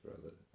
brother